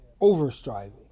over-striving